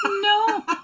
no